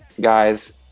guys